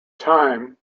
time